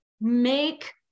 make